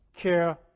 Care